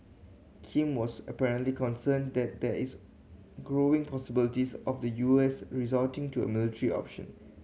Kim was apparently concerned that there is growing possibilities of the U S resorting to a military option